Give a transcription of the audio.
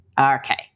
Okay